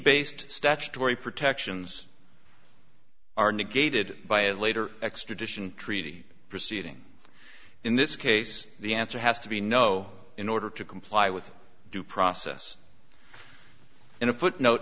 based statutory protections are negated by it later extradition treaty proceeding in this case the answer has to be no in order to comply with due process in a footnote